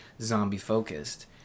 zombie-focused